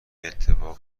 اتفاق